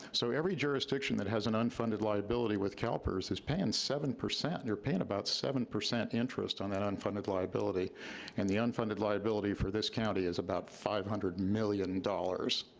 so, every jurisdiction that has an unfunded liability with calpers is paying seven percent. and they're paying about seven percent interest on that unfunded liability and the unfunded liability for this county is about five hundred million dollars